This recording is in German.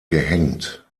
gehängt